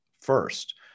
first